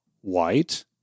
white